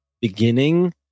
beginning